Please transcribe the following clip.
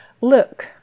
Look